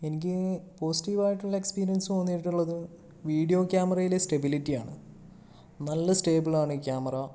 എനിക്ക് പോസിറ്റിവ് ആയിട്ടുള്ള എക്സ്പീരയൻസ് തോന്നിയിട്ടുള്ളത് വീഡിയോ ക്യാമറയിലെ സ്റ്റബിലിറ്റി ആണ് നല്ല സ്റ്റേബിൾ ആണ് ക്യാമറ